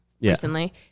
recently